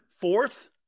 fourth